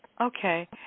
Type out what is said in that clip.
Okay